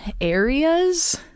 areas